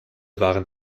waren